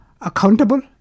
accountable